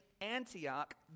Antioch